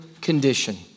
condition